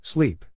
Sleep